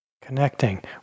Connecting